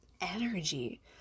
energy